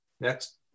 Next